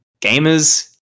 gamers